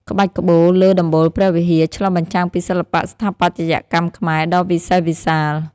ក្បាច់ក្បូរលើដំបូលព្រះវិហារ ឆ្លុះបញ្ចាំងពីសិល្បៈស្ថាបត្យកម្មខ្មែរដ៏វិសេសវិសាល។